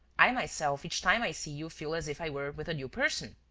i myself, each time i see you, feel as if i were with a new person.